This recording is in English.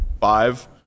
five